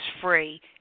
free